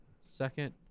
second